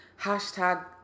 hashtag